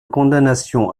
condamnation